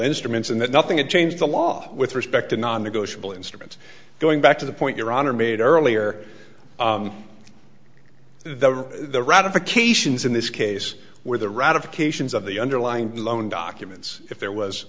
instruments and that nothing had changed the law with respect to non negotiable instruments going back to the point your honor made earlier the the ratifications in this case where the ratifications of the underlying loan documents if there was